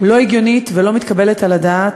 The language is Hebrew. לא הגיונית ולא מתקבלת על הדעת.